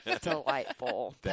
Delightful